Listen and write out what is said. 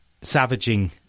savaging